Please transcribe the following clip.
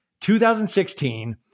2016